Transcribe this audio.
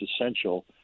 essential